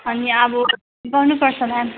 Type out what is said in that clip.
अनि अब गर्नुपर्छ म्याम